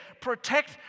protect